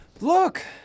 Look